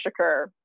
Shakur